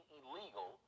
illegal